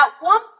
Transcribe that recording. one